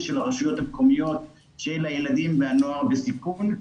של הרשויות המקומיות בעניין של הילדים והנוער בסיכון.